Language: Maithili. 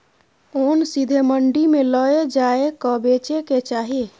ओन सीधे मंडी मे लए जाए कय बेचे के चाही